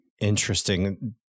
Interesting